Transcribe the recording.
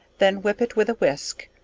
then whip it with a whisk,